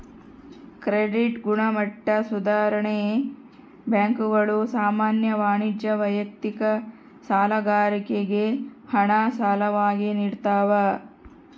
credit ಗುಣಮಟ್ಟ ಸುಧಾರಣೆ ಬ್ಯಾಂಕುಗಳು ಸಾಮಾನ್ಯ ವಾಣಿಜ್ಯ ವೈಯಕ್ತಿಕ ಸಾಲಗಾರರಿಗೆ ಹಣ ಸಾಲವಾಗಿ ನಿಡ್ತವ